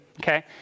Okay